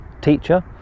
teacher